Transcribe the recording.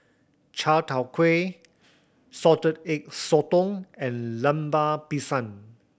chai tow kway Salted Egg Sotong and Lemper Pisang